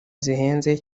zihenze